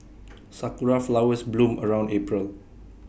Sakura Flowers bloom around April